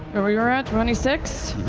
ah we were at, twenty six?